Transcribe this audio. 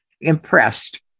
impressed